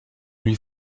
lui